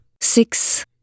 Six